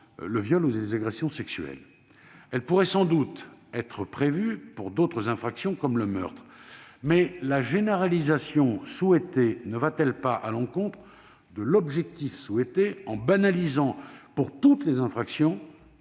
le viol ou les agressions sexuelles. Elle pourrait sans doute être prévue pour d'autres infractions comme le meurtre. Mais la généralisation souhaitée ne va-t-elle pas à l'encontre de l'objectif visé, en banalisant pour toutes les infractions,